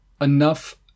enough